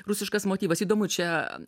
rusiškas motyvas įdomu čia